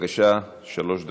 בבקשה, שלוש דקות.